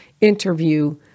interview